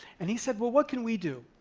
and he said, well what can we do?